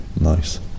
nice